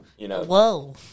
Whoa